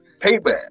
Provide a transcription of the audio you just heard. payback